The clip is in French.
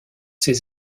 ses